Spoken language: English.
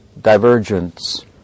divergence